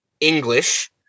English